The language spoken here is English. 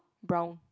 brown